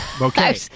Okay